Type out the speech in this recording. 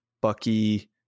bucky